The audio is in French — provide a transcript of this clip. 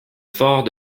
fort